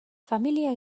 familia